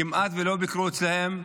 נציגי הממשלה כמעט שלא ביקרו אצלם.